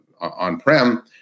on-prem